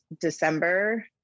December